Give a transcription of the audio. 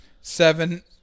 Seven